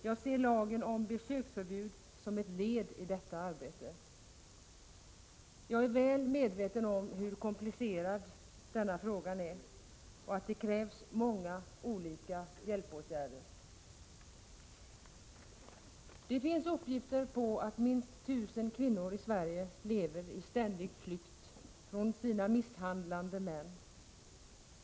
Jag ser lagen om besöksförbud som ett led i detta arbete. Jag är väl medveten om hur komplicerad frågan är och att det krävs många olika hjälpåtgärder. Det finns uppgifter om att minst 1 000 kvinnor i Sverige lever i ständig flykt från sina misshandlande män.